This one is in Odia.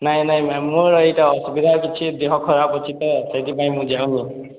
ନାଇଁ ନାଇଁ ମ୍ୟାମ୍ ମୋର ଏଇଟା ଅସୁବିଧା କିଛି ଦେହ ଖରାପ ଅଛି ତ ସେଇଥିପାଇଁ ମୁଁ ଯାଉନି